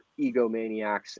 egomaniacs